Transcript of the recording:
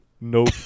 nope